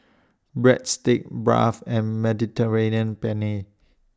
Breadsticks Barfi and Mediterranean Penne